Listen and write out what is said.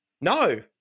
No